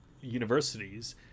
universities